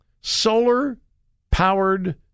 solar-powered